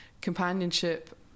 companionship